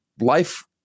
life